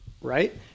Right